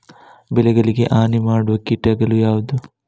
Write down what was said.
ಬೆಳೆಗಳಿಗೆ ಹಾನಿ ಮಾಡುವ ಕೀಟಗಳು ಯಾವುವು?